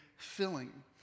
Filling